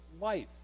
life